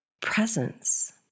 presence